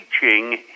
teaching